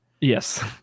yes